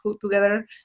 together